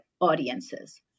audiences